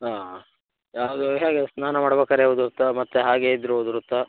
ಹಾಂ ಅದು ಹೇಗೆ ಸ್ನಾನ ಮಾಡ್ಬೇಕಾದ್ರೆ ಉದ್ರುತ್ತಾ ಮತ್ತೆ ಹಾಗೇ ಇದ್ರೂ ಉದುರುತ್ತಾ